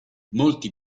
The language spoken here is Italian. molti